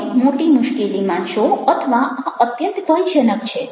તમે મોટી મુશ્કેલીમાં છો અથવા આ અત્યંત ભયજનક છે